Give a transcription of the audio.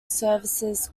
services